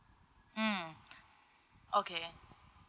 mm okay